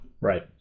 Right